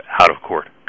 out-of-court